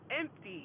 empty